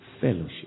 Fellowship